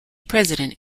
president